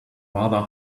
rather